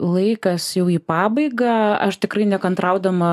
laikas jau į pabaigą aš tikrai nekantraudama